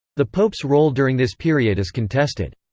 the pope's role during this period is contested.